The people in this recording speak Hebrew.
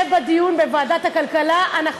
לכן אני מציעה שבדיון בוועדת הכלכלה אנחנו